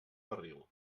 barril